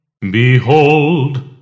Behold